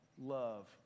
love